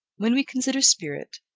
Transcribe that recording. when we consider spirit,